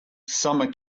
summer